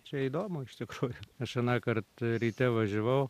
čia įdomu iš tikrųjų aš anąkart ryte važiavau